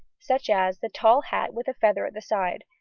such as the tall hat with a feather at the side,